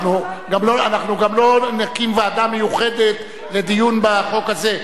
אנחנו גם לא נקים ועדה מיוחדת לדיון בחוק הזה.